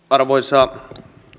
arvoisa